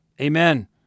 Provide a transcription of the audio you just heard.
Amen